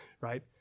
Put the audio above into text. right